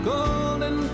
Golden